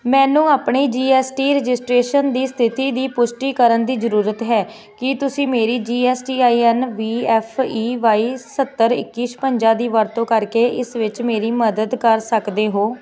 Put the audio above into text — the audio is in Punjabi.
ਮੈਨੂੰ ਆਪਣੀ ਜੀ ਐੱਸ ਟੀ ਰਜਿਸਟ੍ਰੇਸ਼ਨ ਦੀ ਸਥਿਤੀ ਦੀ ਪੁਸ਼ਟੀ ਕਰਨ ਦੀ ਜ਼ਰੂਰਤ ਹੈ ਕੀ ਤੁਸੀਂ ਮੇਰੀ G S T I N V F E Y ਸੱਤਰ ਇੱਕੀ ਛਪੰਜਾ ਦੀ ਵਰਤੋਂ ਕਰਕੇ ਇਸ ਵਿੱਚ ਮੇਰੀ ਮਦਦ ਕਰ ਸਕਦੇ ਹੋ